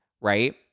Right